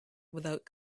without